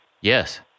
Yes